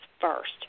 first